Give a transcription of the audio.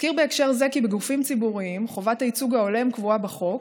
אזכיר בהקשר זה כי בגופים ציבוריים חובת הייצוג ההולם קבועה בחוק,